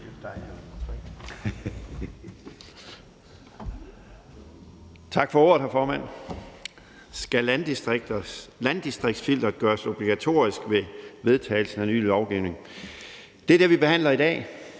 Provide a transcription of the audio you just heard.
Tak for ordet, hr. formand. Skal landdistriktsfilteret gøres obligatorisk ved vedtagelsen af ny lovgivning? Det er det spørgsmål, vi behandler i dag